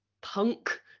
punk